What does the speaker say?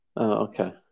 okay